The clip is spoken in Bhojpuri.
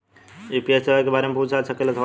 यू.पी.आई सेवा के बारे में पूछ जा सकेला सवाल?